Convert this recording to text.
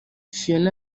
fiona